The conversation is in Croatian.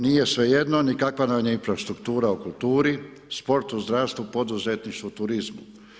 Nije svejedno ni kakva nam je infrastruktura u kulturi, sport u zdravstvu, poduzetništvu, turizmu.